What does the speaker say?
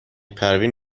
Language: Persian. پروین